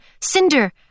Cinder